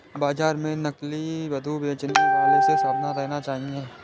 बाजार में नकली मधु बेचने वालों से सावधान रहना चाहिए